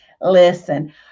Listen